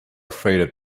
afraid